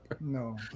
No